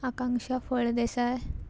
आकांक्षा फळ देसाय